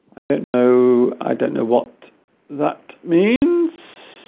i don't know i don't know what that means